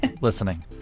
listening